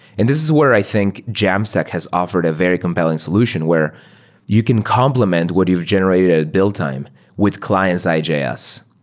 and this is where i think jamstack has offered a very compelling solution where you can complement what you've generated at build time with client-side js.